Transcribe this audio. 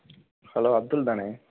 hello Abdul தானே